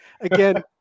again